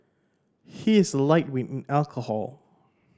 he is a lightweight in alcohol